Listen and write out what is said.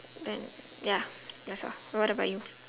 uh ya that's all what about you